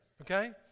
okay